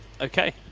Okay